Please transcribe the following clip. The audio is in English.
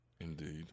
Indeed